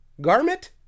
Garment